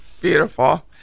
beautiful